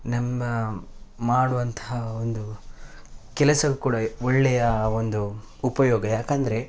ನಮ್ಮ ಮಾಡುವಂತಹ ಒಂದು ಕೆಲಸವು ಕೂಡ ಒಳ್ಳೆಯ ಒಂದು ಉಪಯೋಗ ಯಾಕೆಂದ್ರೆ